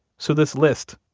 so this list,